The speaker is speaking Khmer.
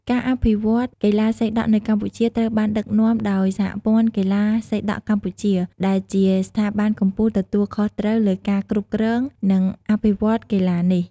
ការអភិវឌ្ឍកីឡាសីដក់នៅកម្ពុជាត្រូវបានដឹកនាំដោយ សហព័ន្ធកីឡាសីដក់កម្ពុជា ដែលជាស្ថាប័នកំពូលទទួលខុសត្រូវលើការគ្រប់គ្រង និងអភិវឌ្ឍកីឡានេះ។